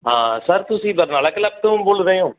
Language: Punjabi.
ਹਾਂ ਸਰ ਤੁਸੀਂ ਬਰਨਾਲਾ ਕਲੱਬ ਤੋਂ ਬੋਲ ਰਹੇ ਹੋ